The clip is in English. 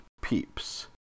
Peeps